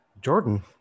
Jordan